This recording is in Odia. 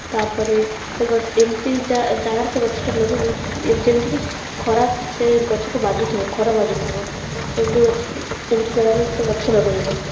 ତା'ପରେ ସେ ଏମିତି ଜାଗାରେ ସେ ଗଛଟା ଲଗାଇବ ଯେମିତିକି ଖରା ସେ ଗଛକୁ ବାଜୁଥିବ ଖରା ବାଜୁଥିବ ଏମିତି ଗଛ ଏମିତି ଜାଗାରେ ସେ ଗଛ ଲଗାଇବ